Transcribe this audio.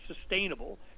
sustainable